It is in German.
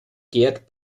gerd